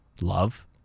love